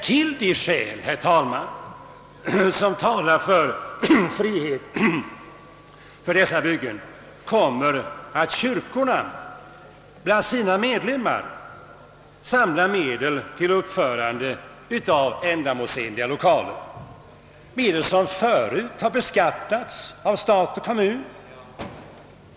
Till de skäl, herr talman, som talar för frihet för dessa byggen, kommer att kyrkorna bland sina medlemmar på frivillighetens väg samlar medel till uppförande av ändamålsenliga lokaler, medel som förut har beskattats av stat och kommun.